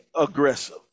aggressive